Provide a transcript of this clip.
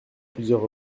plusieurs